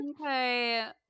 okay